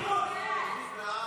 כהצעת הוועדה,